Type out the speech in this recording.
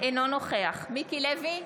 אינו נוכח מיקי לוי,